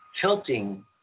tilting